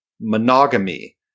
monogamy